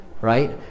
right